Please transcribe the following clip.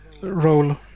role